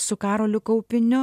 su karoliu kaupiniu